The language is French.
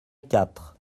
quatre